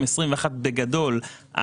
בגדול,